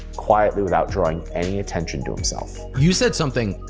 quietly without drawing any attention to himself. you said something,